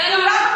זה לא השיקול.